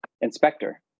inspector